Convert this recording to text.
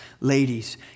Ladies